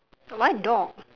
why dog